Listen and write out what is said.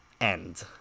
end